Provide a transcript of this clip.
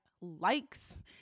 likes